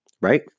Right